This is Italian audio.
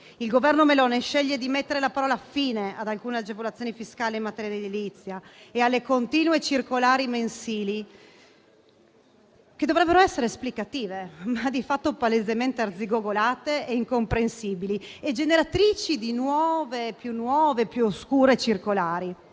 Il Governo Meloni sceglie di mettere la parola fine ad alcune agevolazioni fiscali in materia edilizia e alle continue circolari mensili, che dovrebbero essere esplicative, ma di fatto sono palesemente arzigogolate, incomprensibili e generatrici di nuove e più oscure circolari.